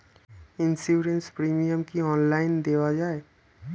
Insurance premium কি online দেওয়া যায়?